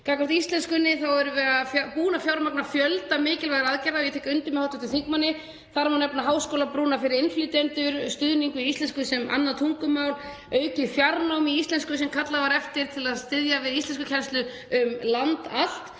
Gagnvart íslenskunni erum við búin að fjármagna fjölda mikilvægra aðgerða og ég tek þarna undir með hv. þingmanni. Þar má nefna háskólabrú fyrir innflytjendur, stuðning við íslensku sem annað tungumál, aukið fjarnám í íslensku sem kallað var eftir til þess að styðja við íslenskukennslu um land allt